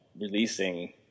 releasing